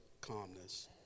calmness